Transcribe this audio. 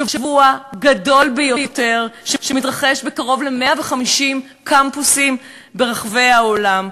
שבוע רחב ביותר שמתרחש בקרוב ל-150 קמפוסים ברחבי העולם.